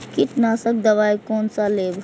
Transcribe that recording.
कीट नाशक दवाई कोन सा लेब?